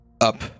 up